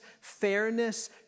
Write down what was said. fairness